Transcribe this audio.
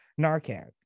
narcan